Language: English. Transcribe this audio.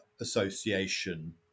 association